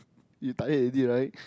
you tired already right